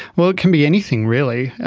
well, it can be anything really.